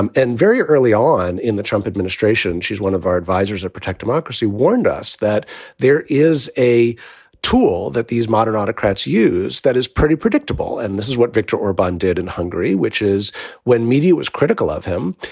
and and very early on in the trump administration, she's one of our advisors to protect democracy, warned us that there is a tool that these modern autocrats use that is pretty predictable and this is what viktor orban did in hungary, which is when media was critical of him.